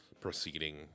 proceeding